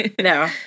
no